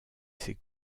ses